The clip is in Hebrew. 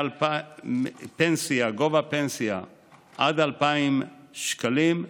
גובה הפנסיה עד 2,000 שקלים,